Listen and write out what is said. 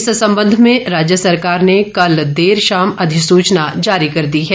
इस सबंध में राज्य सरकार ने कल देर शाम अधिसूचना जारी कर दी है